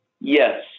Yes